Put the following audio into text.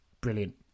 Brilliant